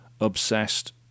obsessed